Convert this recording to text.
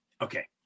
Okay